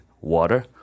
Water